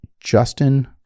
Justin